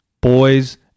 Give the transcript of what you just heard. boys